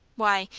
why,